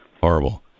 Horrible